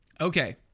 Okay